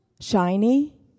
Shiny